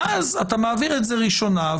ואז אתה מעביר את זה בקריאה ראשונה,